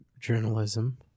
journalism